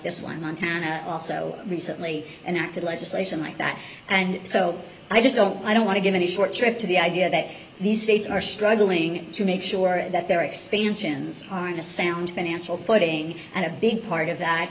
this one montana also recently an active legislation like that and so i just don't i don't want to give any short trip to the idea that these states are struggling to make sure that their expansions are in a sound financial footing and a big part of that